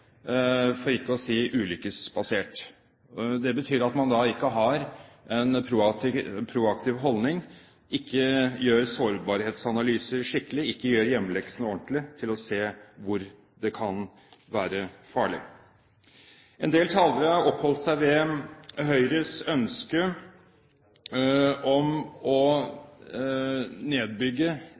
for ikke å si ulykkesbasert. Det betyr at man ikke har en proaktiv holdning, man gjør ikke sårbarhetsanalyser skikkelig, og man gjør ikke hjemmeleksene ordentlig nok til å se hvor det kan være farlig. En del talere har oppholdt seg ved Høyres ønske om å nedbygge